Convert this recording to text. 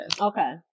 Okay